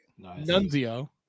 Nunzio